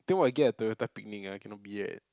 then what I get a Toyota Picnic ah cannot be [right]